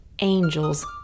angels